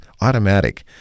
automatic